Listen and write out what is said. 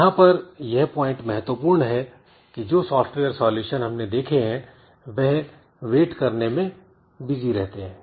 यहां पर यह पॉइंट महत्वपूर्ण है कि जो सॉफ्टवेयर सॉल्यूशन हमने देखे हैं वह वेट करने में बिजी रहते हैं